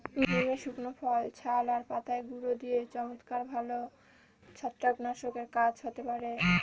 নিমের শুকনো ফল, ছাল এবং পাতার গুঁড়ো দিয়ে চমৎকার ভালো ছত্রাকনাশকের কাজ হতে পারে